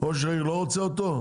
ראש העיר לא רוצה אותו?